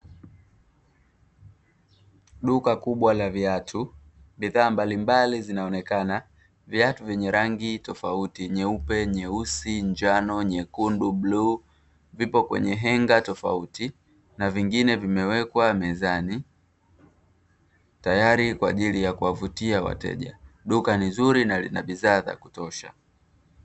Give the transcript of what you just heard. Duka kubwa la viatu, bidhaa mbalimbali zinaonekana viatu vyenye rangi tofauti nyeupe, nyeusi, njano, nyekundu, bluu vipo kwenye henga tofauti tofauti na vingine vimewekwa mezani tayari kwa ajili ya kuwavutia wateja, duka ni zuri na lina bidhaa za kutosha.